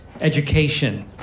education